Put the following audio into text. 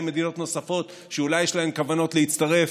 מדינות נוספות שאולי יש להן כוונות להצטרף,